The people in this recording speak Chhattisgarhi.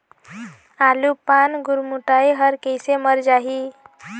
आलू पान गुरमुटाए हर कइसे मर जाही?